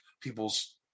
people's